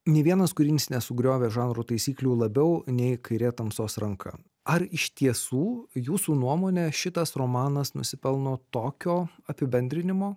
nė vienas kūrinys nesugriovė žanro taisyklių labiau nei kairė tamsos ranka ar iš tiesų jūsų nuomone šitas romanas nusipelno tokio apibendrinimo